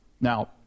Now